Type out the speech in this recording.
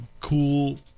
cool